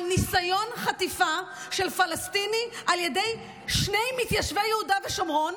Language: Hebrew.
על ניסיון חטיפה של פלסטיני על ידי שני מתיישבי יהודה ושומרון.